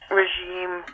regime